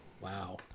Wow